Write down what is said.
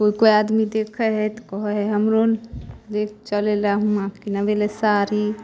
कोइ कोइ आदमी देखै है तऽ कहै है हमरो कनी चलैलए हूआँ किनबैलए साड़ी